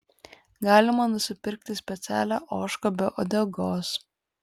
galima nusipirkti specialią ožką be uodegos